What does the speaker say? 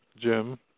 Jim